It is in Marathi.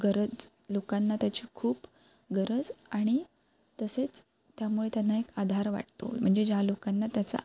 गरज लोकांना त्याची खूप गरज आणि तसेच त्यामुळे त्यांना एक आधार वाटतो म्हणजे ज्या लोकांना त्याचा